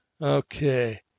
Okay